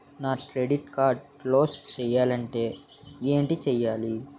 నా credit card close చేయాలంటే ఏంటి చేయాలి?